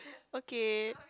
okay